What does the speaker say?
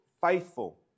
faithful